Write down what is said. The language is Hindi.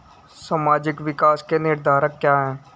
सामाजिक विकास के निर्धारक क्या है?